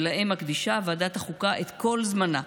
שלהם מקדישה ועדת החוקה את כל זמנה.